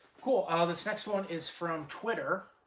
cool. ah this next one is from twitter,